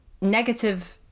negative